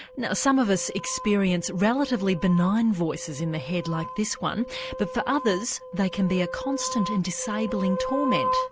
now some of us experience relatively benign voices in their head like this one but, for others, they can be a constant and disabling torment.